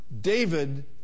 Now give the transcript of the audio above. David